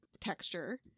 texture